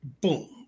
boom